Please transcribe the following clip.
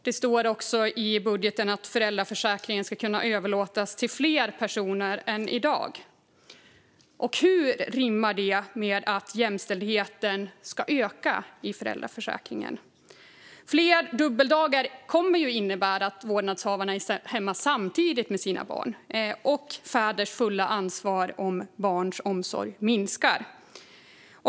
Det står också i budgeten att föräldraförsäkringen ska kunna överlåtas till fler personer än i dag. Hur rimmar det med att jämställdheten ska öka i föräldraförsäkringen? Fler dubbeldagar kommer att innebära att vårdnadshavarna är hemma samtidigt med sina barn och att fäders fulla ansvar för barns omsorg minskar.